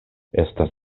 estas